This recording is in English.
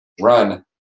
run